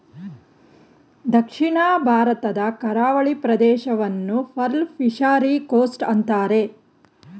ದಕ್ಷಿಣ ಭಾರತದ ಕರಾವಳಿ ಪ್ರದೇಶವನ್ನು ಪರ್ಲ್ ಫಿಷರಿ ಕೋಸ್ಟ್ ಅಂತರೆ